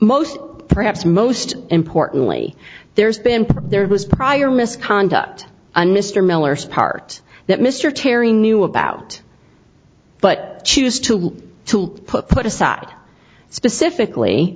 most perhaps most importantly there's been put there was prior misconduct and mr miller's part that mr terry knew about but choose to to put put aside specifically